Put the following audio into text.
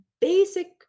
basic